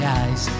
eyes